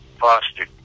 foster